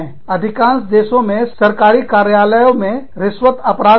अधिकांश देशों में सरकारी कार्यालयों में रिश्वत अपराध है